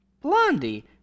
Blondie